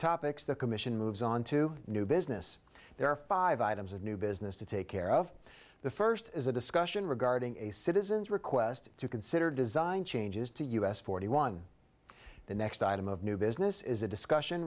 topics the commission moves on to new business there are five items of new business to take care of the first is a discussion regarding a citizens request to consider design changes to us forty one the next item of new business is a discussion